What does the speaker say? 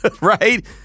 Right